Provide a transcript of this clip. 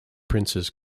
princes